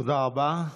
תודה רבה.